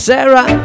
Sarah